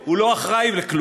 כלום, הוא לא אחראי לכלום.